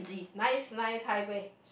nice nice highway